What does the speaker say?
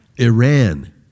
Iran